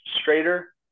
straighter